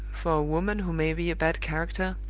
for a woman who may be a bad character,